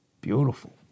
Beautiful